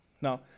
Now